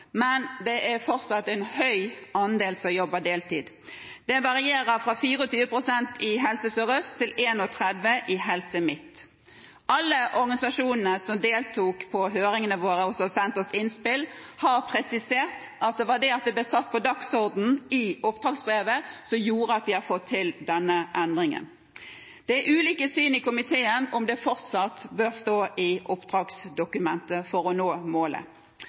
men det er fortsatt en høy andel som jobber deltid. Det varierer fra 24 pst. i Helse Sør-Øst til 31 pst. i Helse Midt-Norge. Alle organisasjonene som deltok i høringene våre og sendte oss innspill, har presisert at det var det at det ble satt på dagsordenen i oppdragsbrevet som gjorde at de fikk til denne endringen. Det er i komiteen ulike syn på om man for å nå målet fortsatt bør la det stå i oppdragsdokumentet.